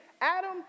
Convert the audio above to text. Adam